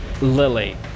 Lily